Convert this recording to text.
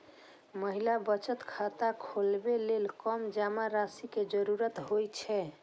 महिला बचत खाता खोलबै लेल कम जमा राशि के जरूरत होइ छै